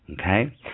Okay